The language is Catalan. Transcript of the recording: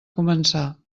començar